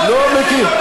לא מכיר,